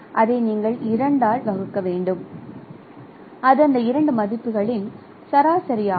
அதை 2 ஆல் வகுக்க வேண்டும் அது அந்த இரண்டு மதிப்புகளின் சராசரியாகும்